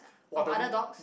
of other dogs